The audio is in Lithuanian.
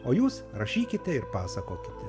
o jūs rašykite ir pasakokite